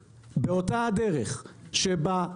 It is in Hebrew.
ארצות הברית הגדולה עוברת תהליך של התחממות והתייבשות